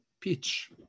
pitch